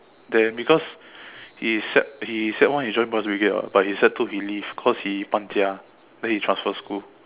then because he sec he sec one he join boy's brigade [what] but he sec two he leaves because he 搬家 then he transfer school